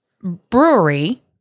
brewery